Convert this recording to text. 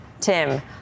Tim